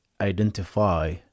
identify